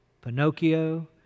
Pinocchio